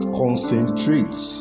concentrates